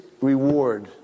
reward